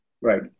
Right